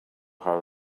how